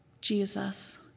Jesus